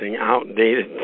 outdated